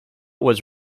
was